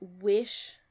wish